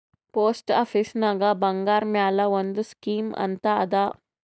post ಆಫೀಸ್ನಾಗ್ ಬಂಗಾರ್ ಮ್ಯಾಲ ಒಂದ್ ಸ್ಕೀಮ್ ಅಂತ್ ಅದಾ